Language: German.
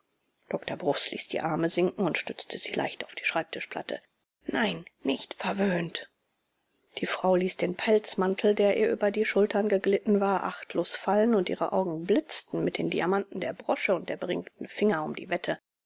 dr bruchs ließ die arme sinken und stützte sie leicht auf die schreibtischplatte nein nicht verwöhnt die frau ließ den pelzmantel der ihr über die schultern geglitten war achtlos fallen und ihre augen blitzten mit den diamanten der brosche und der beringten finger um die wette